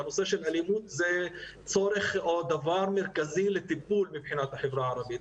ונושא האלימות הוא צורך או דבר מרכזי לטיפול מבחינת החברה הערבית.